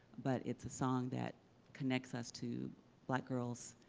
but it's a song that connects us to black girls